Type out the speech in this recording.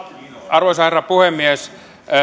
arvoisa herra puhemies